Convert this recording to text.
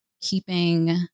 keeping